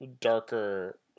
Darker